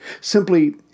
Simply